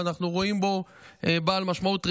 ואנחנו רואים בו משמעות רחבה,